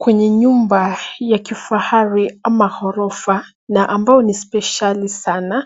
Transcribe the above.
Kwnye nyumb ya kifahari ama orofa, na ambaye ni spesheli sana,